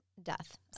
death